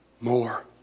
more